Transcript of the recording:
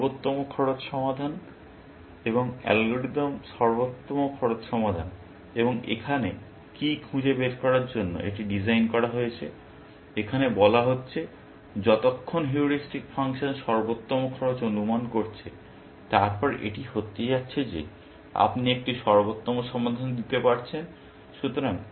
এটি সর্বোত্তম খরচ সমাধান এবং অ্যালগরিদম সর্বোত্তম খরচ সমাধান এবং এখানে কি খুঁজে বের করার জন্য এটা ডিজাইন করা হয়েছে এখানে বলা হচ্ছে যতক্ষণ হিউরিস্টিক ফাংশন সর্বোত্তম খরচ অনুমান করছে তারপর এটি হতে যাচ্ছে যে আপনি একটি সর্বোত্তম সমাধান দিতে পারছেন